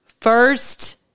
First